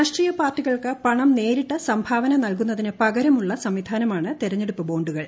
രാഷ്ട്രീയ പാർട്ടികൾക്ക് പണം നേരിട്ട് സംഭാവന നൽകുന്നതിന് പൂക്രമുള്ള സംവിധാനമാണ് തെരഞ്ഞെടുപ്പ് ബോണ്ടുകൾ